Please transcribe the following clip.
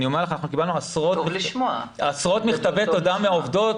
אני אומר לך שקיבלנו עשרות מכתבי תודה מעובדות